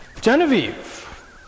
Genevieve